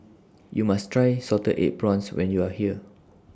YOU must Try Salted Egg Prawns when YOU Are here